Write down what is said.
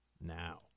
now